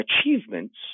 achievements